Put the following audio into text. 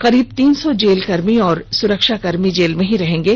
करीब तीन सौ जेल कर्मी और सुरक्षा कर्मी जेल में ही रहेंगे